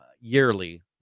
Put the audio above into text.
yearly